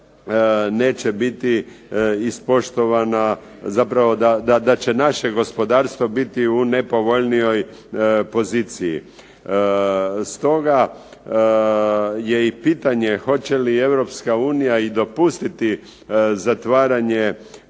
neće biti ispoštovana, zapravo da će naše gospodarstvo biti u nepovoljnijoj poziciji. Stoga, je i pitanje hoće li EU i dopustiti zatvaranje